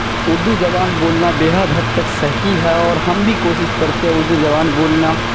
اردو زبان بولنا بے حد تک صحیح ہے اور ہم بھی کوشش کرتے اردو زبان بولنا